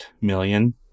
million